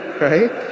Right